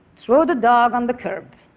throw the dog on the curb.